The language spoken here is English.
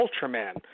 Ultraman